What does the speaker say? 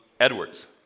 Edwards